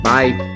Bye